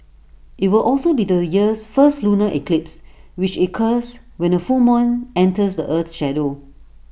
IT will also be the year's first lunar eclipse which occurs when A full moon enters the Earth's shadow